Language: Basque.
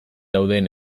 dauden